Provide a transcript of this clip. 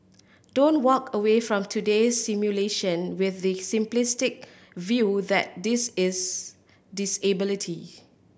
don't walk away from today's simulation with the simplistic view that this is disability